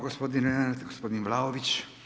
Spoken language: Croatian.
Gospodin Vlaović.